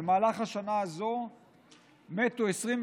במהלך השנה הזו מתו 24,